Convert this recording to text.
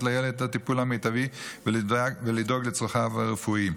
לילד את הטיפול המיטבי ולדאוג לצרכיו הרפואיים.